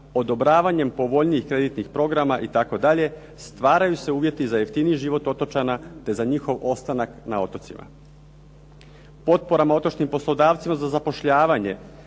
odobravanjem povoljnijih kreditnih programa itd., stvaraju se uvjeti za jeftiniji život otočana te za njihov ostanak na otocima. Potporama otočnim poslodavcima za zapošljavanje,